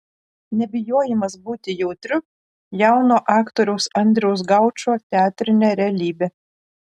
nebijojimas būti jautriu jauno aktoriaus andriaus gaučo teatrinė realybė